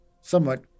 somewhat